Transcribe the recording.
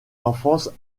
enfance